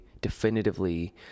definitively